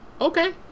okay